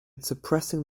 suppressing